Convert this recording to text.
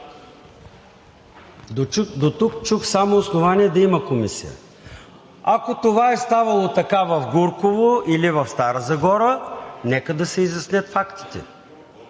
Дотук чух само основания да има комисия! Ако това е ставало така в Гурково или в Стара Загора, нека да се изяснят фактите.